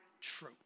true